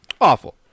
awful